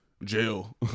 jail